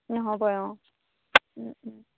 নহ'বয়েই অঁ